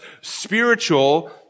spiritual